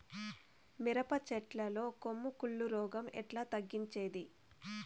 మిరప చెట్ల లో కొమ్మ కుళ్ళు రోగం ఎట్లా తగ్గించేది?